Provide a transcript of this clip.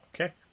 Okay